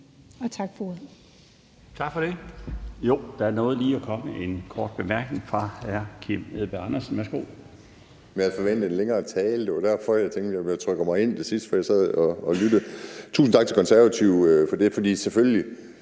tak for det.